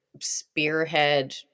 spearhead